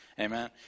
amen